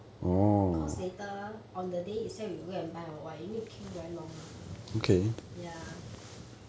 cause later on the day itself you go and buy or what you need to queue very long mah ya